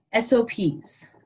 SOPs